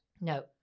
no